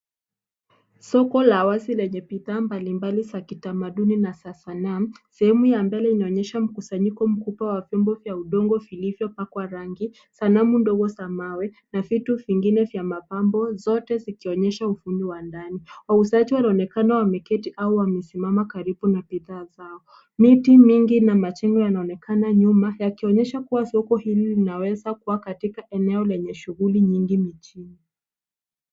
Soko la wazi lenye bidhaa mbalimbali za kitamaduni na za sanaa. Sehemu ya mbele inaonyesha mkusanyiko mkubwa wa vyombo vya udongo vilivyopakwa rangi. Sanamu ndogo za mawe na vitu vingine vya mapambo zote zikionyesha ufundi wa ndani. Wauzaji wanaonekana wameketi au wamesimama karibu na bidhaa zao. Miti mingi na machingo yanaonekana nyuma yakionyesha kuwa soko hili linaweza kuwa katika eneo lenye shughuli nyingi mijini.